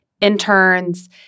interns